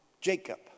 Jacob